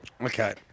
Okay